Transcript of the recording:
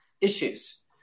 issues